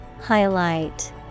Highlight